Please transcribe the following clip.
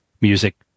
music